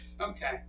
Okay